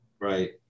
Right